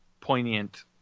poignant